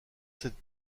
cette